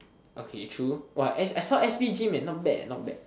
okay true !wah! S~ I saw s_p gym eh not bad eh not bad